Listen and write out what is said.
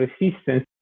resistance